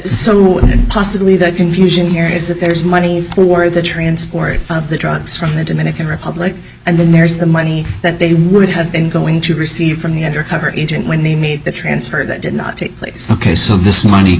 and possibly the confusion here is that there's money for the transport of the drugs from the dominican republic and then there's the money that they would have been going to receive from the undercover agent when they made the transfer that did not take place ok so this money